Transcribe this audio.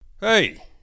Hey